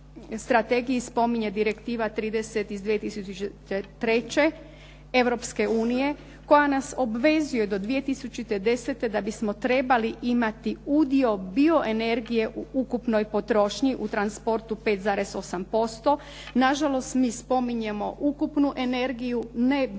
strategiji spominje Direktiva 30 iz 2003. Europske unije koja nas obvezuje do 2010. da bismo trebali imati udio bioenergije u ukupnoj potrošnji u transportu 5,8%. Na žalost mi spominjemo ukupnu energiju ne bioenergiju